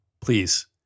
Please